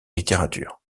littérature